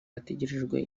hategerejwe